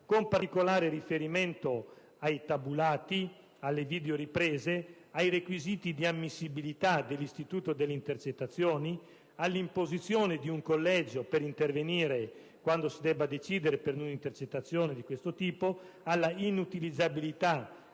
con particolare riferimento ai tabulati, alle videoriprese, ai requisiti di ammissibilità dell'istituto delle intercettazioni, all'imposizione di un collegio per intervenire quando si debba decidere per una intercettazione di questo tipo, all'inutilizzabilità